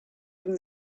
from